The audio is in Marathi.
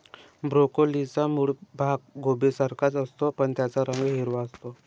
ब्रोकोलीचा मूळ भाग कोबीसारखाच असतो, पण त्याचा रंग हिरवा असतो